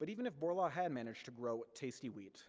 but even if borlaug had managed to grow tasty wheat,